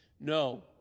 No